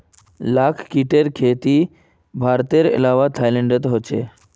लाख कीटेर खेती भारतेर अलावा थाईलैंडतो ह छेक